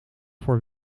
voor